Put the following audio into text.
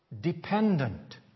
dependent